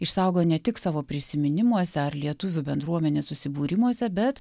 išsaugo ne tik savo prisiminimuose ar lietuvių bendruomenės susibūrimuose bet